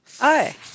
Hi